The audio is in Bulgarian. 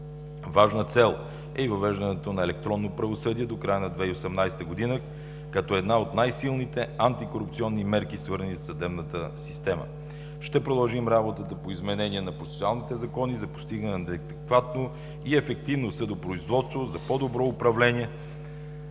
Важна цел е и въвеждането на електронно правосъдие до края на 2018 г., като една от най-силните антикорупционни мерки, свързани със съдебната система. Ще продължим работата по изменение на процесуалните закони за постигане на адекватно и ефективно съдопроизводство, за по-добро управление